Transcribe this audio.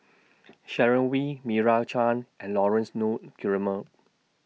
Sharon Wee Meira Chand and Laurence Nunns Guillemard